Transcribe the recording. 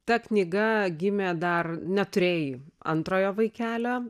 ta knyga gimė dar neturėjai antrojo vaikelio